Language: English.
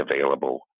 available